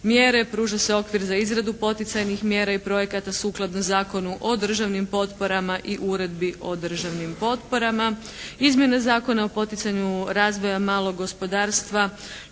mjere, pruža se okvir za izradu poticajnih mjera i projekata sukladno Zakonu o državnim potporama i uredbi o državnim potporama. Izmjene Zakona o poticanju razvoja malog gospodarstva